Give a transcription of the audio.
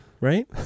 right